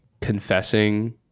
confessing